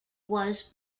was